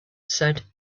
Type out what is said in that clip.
said